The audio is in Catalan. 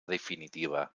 definitiva